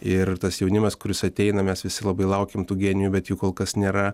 ir tas jaunimas kuris ateina mes visi labai laukiam tų genijų bet jų kol kas nėra